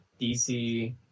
DC